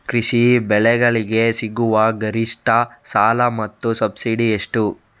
ಕೃಷಿ ಬೆಳೆಗಳಿಗೆ ಸಿಗುವ ಗರಿಷ್ಟ ಸಾಲ ಮತ್ತು ಸಬ್ಸಿಡಿ ಎಷ್ಟು?